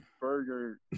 burger